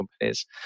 companies